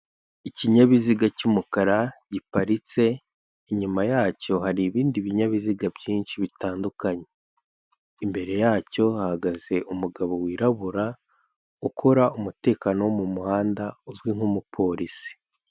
Ikinyabiziga cy'umukara giparitse, inyuma yacyo hari ibindi binyabiziga byinshi bitandukanye, imbere yacyo hahagaze umugabo wirabura ukora umutekano wo mu muhanda uzwi nk'umupolisi.